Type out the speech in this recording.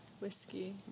whiskey